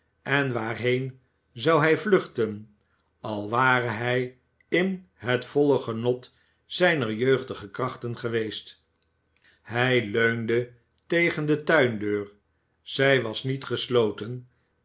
en waarheen zou hij vluchten al ware hij in het volle genot zijner jeugdige krachten geweest hij leunde tegen de tuindeur zij was niet gesloten